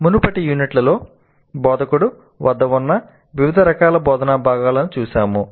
మునుపటి యూనిట్లలో బోధకుడి వద్ద ఉన్న వివిధ రకాల బోధనా భాగాలను చూశాము